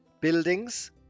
buildings